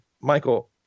michael